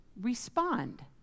respond